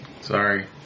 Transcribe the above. Sorry